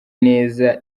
neza